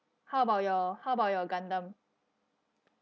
how about your how about your gundam